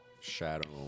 shadow